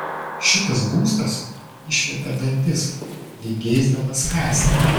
šitas būstas išviepia dantis lyg geisdamas kąsti